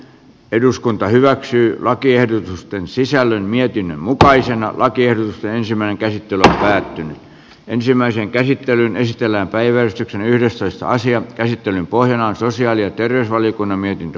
eduskunta hyväksyy lakiehdotusten sisällön mietinnön mukaisen kielteisimmän käsitellään ensimmäisen käsittelyn estellä päivystyksen yhdestoista asian käsittelyn pohjana on sosiaali ja terveysvaliokunnan mietintö